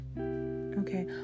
Okay